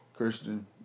Christian